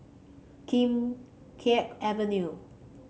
Kim Keat Avenue